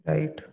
Right